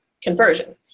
conversion